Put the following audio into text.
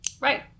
Right